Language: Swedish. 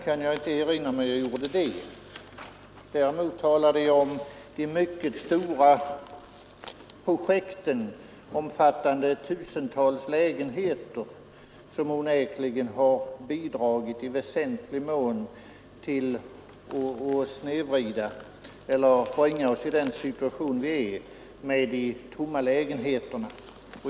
Jag kan inte erinra mig att jag gjorde det. Däremot talade jag om de mycket stora projekten, omfattande tusentals lägenheter, som onekligen i väsenlig mån har bidragit till dagens situation med alla de tomma lägenheterna.